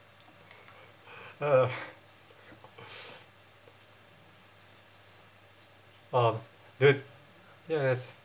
uh um do~ yes